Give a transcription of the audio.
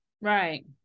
Right